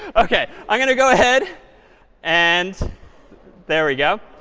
ok. i'm going to go ahead and there we go.